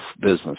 business